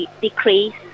decrease